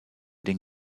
den